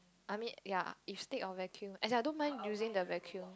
I mean ya if stick or vacuum as in I don't mind using the vacuum